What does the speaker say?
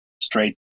straight